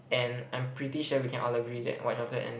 and I'm pretty sure we can all agree that white chocolate and